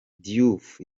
diouf